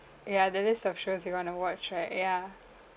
ya the list of shows you want to watch right ya